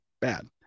bad